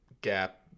gap